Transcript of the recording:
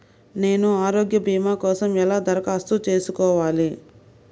నేను ఆరోగ్య భీమా కోసం ఎలా దరఖాస్తు చేసుకోవాలి?